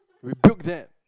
rebuild that